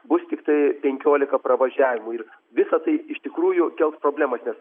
bus tiktai penkiolika pravažiavimų ir visa tai iš tikrųjų kels problemas nes